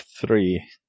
three